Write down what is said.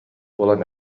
буолан